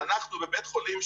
ואנחנו בבית חולים,